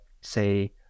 say